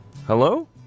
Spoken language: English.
Hello